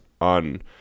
on